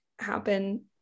happen